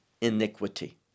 iniquity